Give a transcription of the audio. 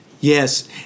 Yes